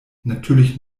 natürlich